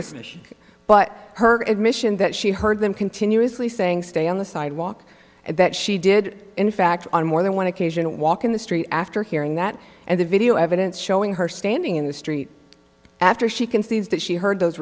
d but her admission that she heard them continuously saying stay on the sidewalk and that she did in fact on more than one occasion walk in the street after hearing that and the video evidence showing her standing in the street after she concedes that she heard those